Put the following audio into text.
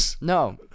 No